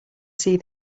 see